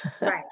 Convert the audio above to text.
right